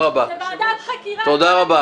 זו ועדת חקירה, כל ההתנהלות פה --- תודה רבה,